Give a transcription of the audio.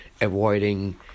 avoiding